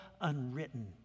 unwritten